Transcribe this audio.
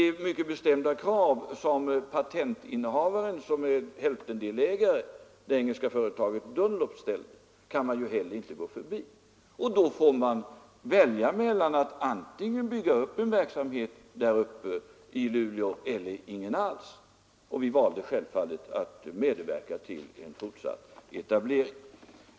De mycket bestämda krav som patentinnehavaren har ställt — det engelska företaget Dunlop, som också är hälftendelägare — kan man heller inte gå förbi. Då får man välja mellan att bygga upp en verksamhet i Luleå eller inte få någon alls. Vi valde självfallet att medverka till en fortsatt etablering.